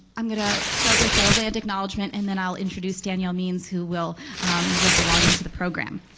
i'm gonna start with a land acknowledgement and then i'll introduce danyelle means who will move us along into the program.